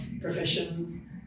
professions